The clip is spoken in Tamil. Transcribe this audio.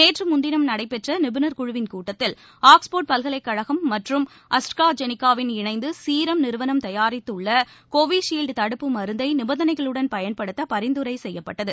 நேற்று முன்தினம் நடைபெற்ற நிபுணர் குழுவின் கூட்டத்தில் ஆக்ஸ்ஃபோர்டு பல்கலைக்கழகம் மற்றும் அஸ்ட்ராஜெனிகாவுடன் இனைந்து சீரம் நிறுவனம் தயாரித்துள்ள கோவிஷீல்டு தடுப்பு மருந்தை நிபந்தனையுடன் பயன்படுத்த பரிந்துரை செய்யப்பட்டது